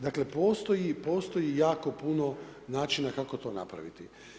Dakle postoji jako puno načina kako to napraviti.